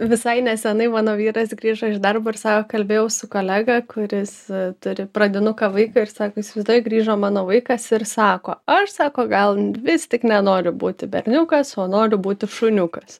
visai nesenai mano vyras grįžo iš darbo ir sako kalbėjau su kolega kuris turi pradinuką vaiką ir sako įsivaizduoji grįžo mano vaikas ir sako aš sako gal vis tik nenoriu būti berniukas o noriu būti šuniukas